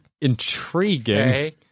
Intriguing